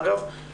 אגב,